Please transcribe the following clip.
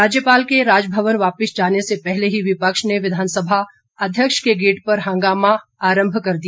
राज्यपाल के राजभवन वापिस जाने से पहले ही विपक्ष ने विधानसभा अध्यक्ष के गेट पर हंगामा आरंभ कर दिया